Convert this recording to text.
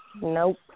Nope